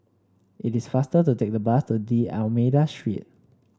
it is faster to take the bus to D'Almeida Street